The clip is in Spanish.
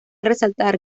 resaltar